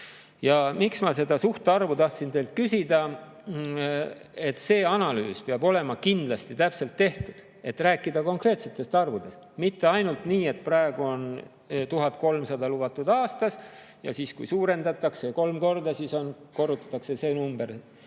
miks ma suhtarvu kohta tahtsin teilt küsida. See analüüs peab olema kindlasti täpselt tehtud ja rääkima konkreetsetest arvudest, mitte ainult nii, et kui praegu on lubatud 1300 aastas ja seda suurendatakse kolm korda, siis korrutatakse see number